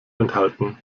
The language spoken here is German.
enthalten